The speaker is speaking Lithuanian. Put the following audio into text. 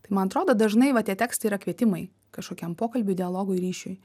tai man atrodo dažnai vat tie tekstai yra kvietimai kažkokiam pokalbiui dialogui ryšiui